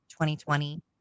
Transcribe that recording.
2020